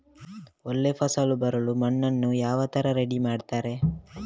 ಒಳ್ಳೆ ಫಸಲು ಬರಲು ಮಣ್ಣನ್ನು ಯಾವ ತರ ರೆಡಿ ಮಾಡ್ತಾರೆ?